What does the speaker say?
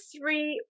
three